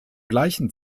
gleichen